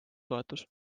toetus